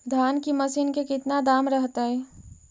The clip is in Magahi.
धान की मशीन के कितना दाम रहतय?